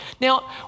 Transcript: now